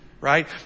right